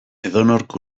edonork